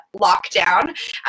lockdown